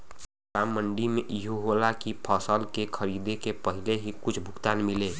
का मंडी में इहो होला की फसल के खरीदे के पहिले ही कुछ भुगतान मिले?